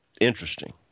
interesting